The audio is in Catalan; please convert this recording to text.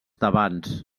tebans